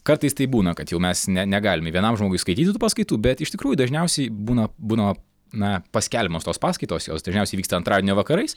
kartais taip būna kad jau mes ne negalim vienam žmogui skaityti tų paskaitų bet iš tikrųjų dažniausiai būna būna na paskelbiamos tos paskaitos jos dažniausiai vyksta antradienio vakarais